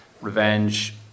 revenge